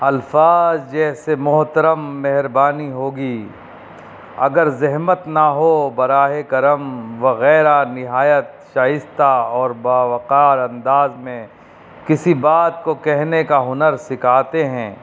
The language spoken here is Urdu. الفاظ جیسے محترم مہربانی ہوگی اگر زحمت نہ ہو براہِ کرم وغیرہ نہایت شائستہ اور باوقار انداز میں کسی بات کو کہنے کا ہنر سکھاتے ہیں